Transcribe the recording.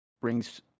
brings